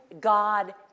God